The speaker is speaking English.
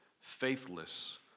faithless